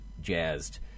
jazzed